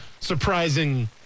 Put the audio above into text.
surprising